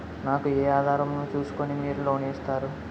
నాకు ఏ ఆధారం ను చూస్కుని మీరు లోన్ ఇస్తారు?